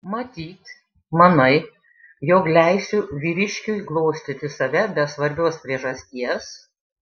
matyt manai jog leisiu vyriškiui glostyti save be svarbios priežasties